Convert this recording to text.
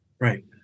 right